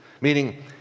meaning